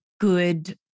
good